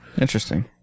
Interesting